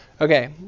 Okay